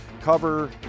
cover